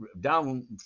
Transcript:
down